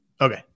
Okay